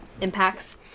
impacts